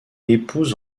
épouse